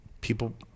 people